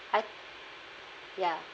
I ya